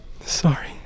Sorry